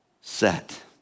set